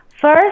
first